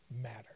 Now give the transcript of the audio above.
matter